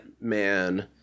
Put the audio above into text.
Man